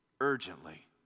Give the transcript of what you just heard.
Urgently